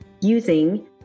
using